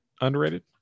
underrated